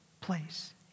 place